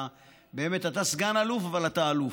אתה סגן אלוף, אבל אתה אלוף.